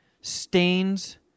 stains